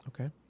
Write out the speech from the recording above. Okay